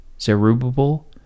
Zerubbabel